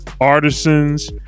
artisans